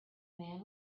man